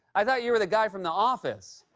i thought you were the guy from the office